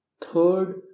Third